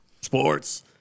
Sports